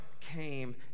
came